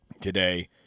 today